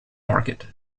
market